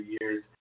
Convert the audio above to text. years